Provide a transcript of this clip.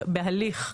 בהליך,